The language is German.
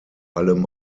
allem